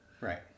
Right